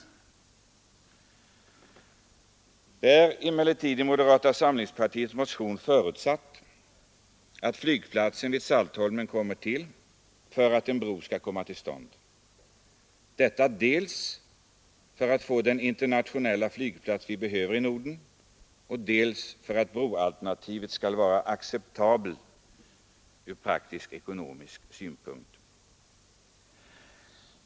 För att en bro skall komma till stånd är det emellertid i moderata samlingspartiets motion förutsatt att flygplatsen vid Saltholm kommer till utförande, detta dels för att få den internationella flygplats vi behöver i Norden, dels för att broalternativet skall vara acceptabelt från praktisk-ekonomisk synpunkt.